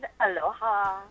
Aloha